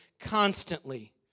constantly